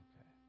Okay